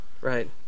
right